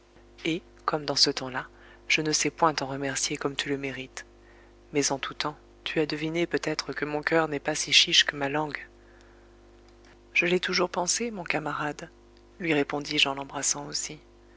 et comme dans ce temps-là je ne sais point t'en remercier comme tu le mérites mais en tout temps tu as deviné peut-être que mon coeur n'est pas si chiche que ma langue je l'ai toujours pensé mon camarade lui répondis-je en l'embrassant aussi